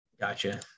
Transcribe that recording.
Gotcha